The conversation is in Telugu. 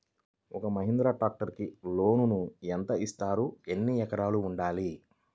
ఒక్క మహీంద్రా ట్రాక్టర్కి లోనును యెంత ఇస్తారు? ఎన్ని ఎకరాలు ఉండాలి?